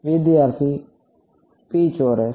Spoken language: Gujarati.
વિદ્યાર્થી p ચોરસ